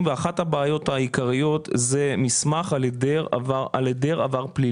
ואחת הבעיות העיקריות זה מסמך על היעדר עבר פלילי.